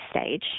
stage